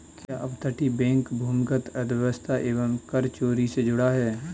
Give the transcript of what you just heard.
क्या अपतटीय बैंक भूमिगत अर्थव्यवस्था एवं कर चोरी से जुड़ा है?